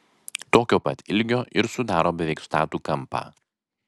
tokio pat ilgio ir sudaro beveik statų kampą